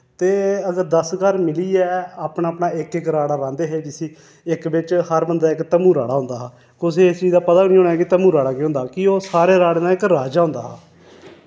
ते अगर दस घर मिलियै अपना अपना इक इक राड़ा रांह्दे हे जिस्सी इक बिच्च हर बंदे दा इक तम्मू राड़ा होंदा हा कुसै इस चीज दा पता निं होना के तम्मू राड़ा केह् होंदा कि ओह् सारे राड़ें दा इक राजा होंदा हा